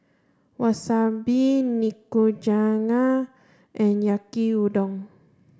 Wasabi Nikujaga and Yaki Udon